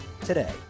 today